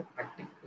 acting